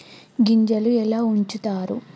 గింజలు ఎలా ఉంచుతారు?